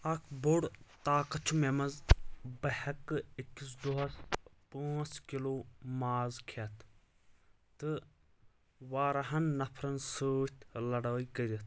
اکھ بوٚڑ طاقت چھُ مےٚ منٛز بہٕ ہٮ۪کہِ أکِس دۄہس پانٛژھ کلوٗ ماز کھٮ۪تھ تہٕ واریاہن نفرن سۭتۍ لڑٲے کٔرتھ